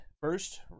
first